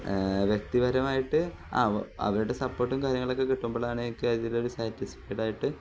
വ്യക്തിപരമായിട്ട് ആ അവരുടെ സപ്പോർട്ടും കാര്യങ്ങളൊക്കെ കിട്ടുമ്പോഴാണ് എനിക്ക് അതിലൊരു സാറ്റിസ്ഫൈഡ ആയിട്ട്